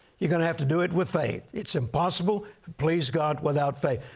you're going to have to do it with faith. it's impossible to please god without faith.